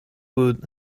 would